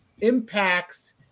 impacts